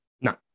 No